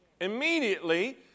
immediately